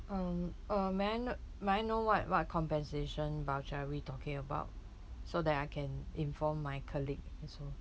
um um may I kno~ may I know what what compensation voucher are we talking about so that I can inform my colleague also